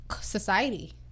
society